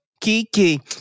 Kiki